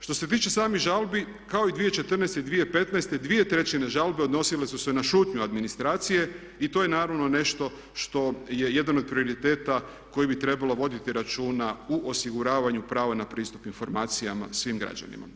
Što se tiče samih žalbi kao i 2014. i 2015. dvije trećine žalbi odnosile su se na šutnju administracije i to je naravno nešto što je jedan od prioriteta kojim bi trebalo voditi računa u osiguravanju prava na pristup informacijama svim građanima.